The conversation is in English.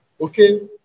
Okay